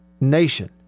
nation